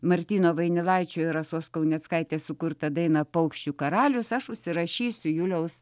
martyno vainilaičio ir rasos kauneckaitės sukurtą dainą paukščių karalius aš užsirašysiu juliaus